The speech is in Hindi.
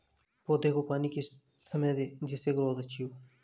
पौधे को पानी किस समय दें जिससे ग्रोथ अच्छी हो?